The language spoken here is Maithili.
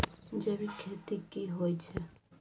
जैविक खेती की होए छै?